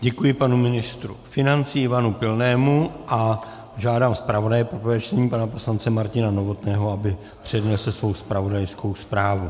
Děkuji panu ministru financí Ivanu Pilnému a žádám zpravodaje pro prvé čtení pana poslance Martina Novotného, aby přednesl svou zpravodajskou zprávu.